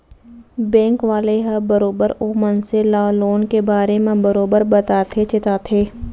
bank वाले ह बरोबर ओ मनसे ल लोन के बारे म बरोबर बताथे चेताथे